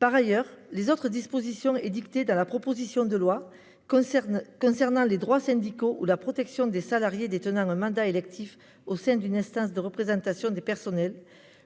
du Cogas. Les autres dispositions de la proposition de loi concernant les droits syndicaux ou la protection des salariés détenant un mandat électif au sein d'une IRP